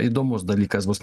įdomus dalykas bus